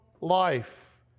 life